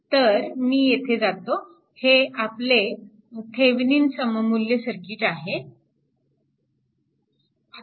तर मी येथे जातो हे आपले थेविनिन सममुल्य सर्किट आहे